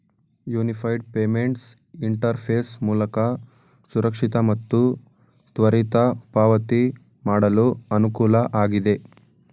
unified payments interface ಮೂಲಕ ಸುರಕ್ಷಿತ ಮತ್ತು ತ್ವರಿತ ಪಾವತಿ ಮಾಡಲು ಅನುಕೂಲ ಆಗಿದೆ